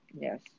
Yes